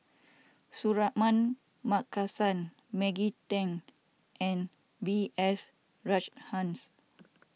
Suratman Markasan Maggie Teng and B S Rajhans